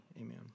Amen